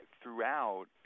throughout